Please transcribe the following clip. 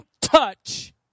touch